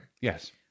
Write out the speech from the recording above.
Yes